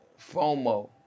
FOMO